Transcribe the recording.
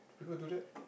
people do that